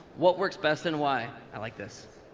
what works best and why? i like this.